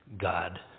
God